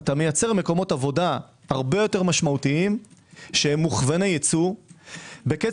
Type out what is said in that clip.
אתה מייצר מקומות עבודה הרבה יותר משמעותיים שהם מוכווני ייצוא בקצב